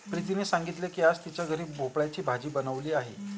प्रीतीने सांगितले की आज तिच्या घरी भोपळ्याची भाजी बनवली आहे